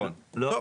לא.